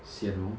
sian hor